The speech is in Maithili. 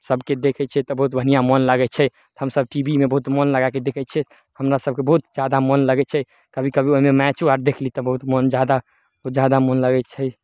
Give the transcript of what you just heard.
सबके देखै छियै तऽ बहुत बढ़िऑं मोन लागै छै हमसब टी भी मे बहुत मोन लगाके देखै छिअय हमरा सबके बहुत ज्यादा मोन लगय छै कभी कभी ओइमे मैचो आर देखली तऽ बहुत मोन ज्यादा उ ज्यादा मोन लगय छै